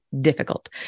difficult